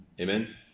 Amen